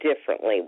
differently